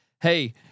hey